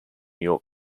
york